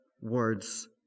words